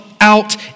out